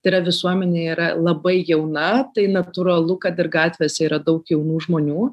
tai yra visuomenė yra labai jauna tai natūralu kad ir gatvėse yra daug jaunų žmonių